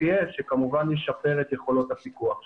שכמובן משפר את יכולות הפיקוח שלנו.